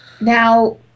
Now